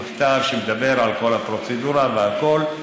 מכתב שמדבר על כל הפרוצדורה והכול.